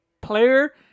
player